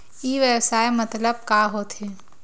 ई व्यवसाय मतलब का होथे?